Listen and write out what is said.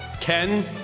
Ken